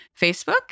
facebook